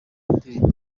indirimbo